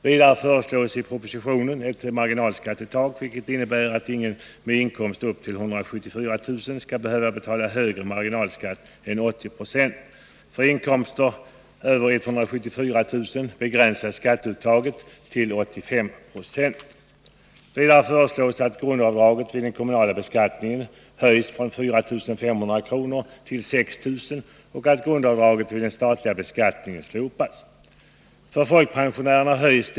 Vidare föreslås i propositionen ett marginalskattetak, vilket innebär att ingen med inkomst upp till 174 000 kr. skall behöva betala högre marginalskatt än 80 20. För inkomster över 174 000 kr. begränsas skatteuttaget till 85 20. Vidare föreslås att grundavdraget vid den kommunala beskattningen höjs från 4 500 till 6 000 kr. och att grundavdraget vid den statliga beskattningen slopas.